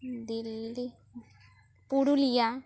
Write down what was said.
Delhi Purulia